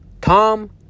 Tom